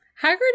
Hagrid